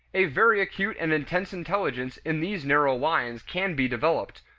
a very acute and intense intelligence in these narrow lines can be developed,